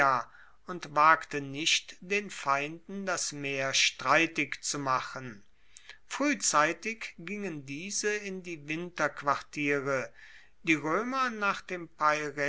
und wagte nicht den feinden das meer streitig zu machen fruehzeitig gingen diese in die winterquartiere die roemer nach dem